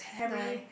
die